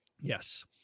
Yes